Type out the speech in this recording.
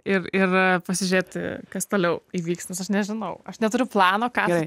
ir ir pasižiūrėti kas toliau įvyks nes aš nežinau aš neturiu plano ką